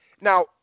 Now